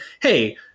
hey